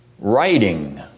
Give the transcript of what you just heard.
Writing